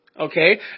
Okay